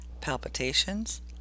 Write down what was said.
palpitations